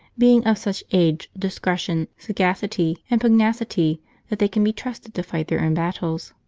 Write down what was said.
being of such age, discretion, sagacity, and pugnacity that they can be trusted to fight their own battles.